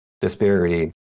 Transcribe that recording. disparity